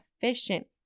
efficient